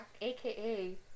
aka